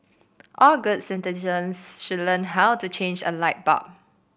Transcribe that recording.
all good citizens should learn how to change a light bulb